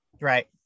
Right